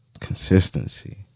consistency